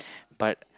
but